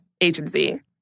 agency